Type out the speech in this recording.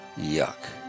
Yuck